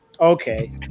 Okay